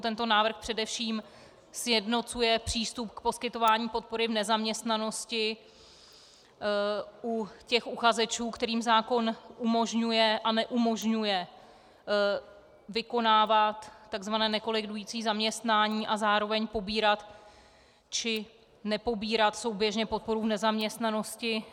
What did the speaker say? Tento návrh především sjednocuje přístup k poskytování podpory v nezaměstnanosti u těch uchazečů, kterým zákon umožňuje a neumožňuje vykonávat takzvané nekolidující zaměstnání a zároveň pobírat či nepobírat souběžně podporu v nezaměstnanosti.